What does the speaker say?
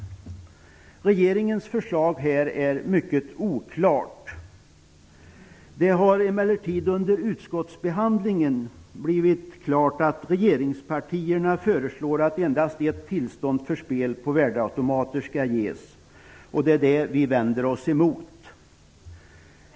Regeringens förslag på denna punkt är mycket oklart. Det har emellertid under utskottsbehandlingen blivit klart att regeringspartierna föreslår att endast ett tillstånd för spel på värdeautomater skall ges. Det är detta som vi vänder oss emot.